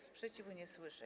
Sprzeciwu nie słyszę.